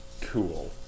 Cool